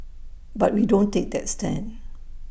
but we don't take that stand